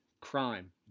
crime